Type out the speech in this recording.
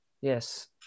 yes